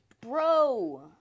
Bro